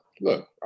Look